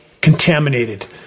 contaminated